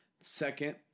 Second